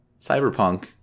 cyberpunk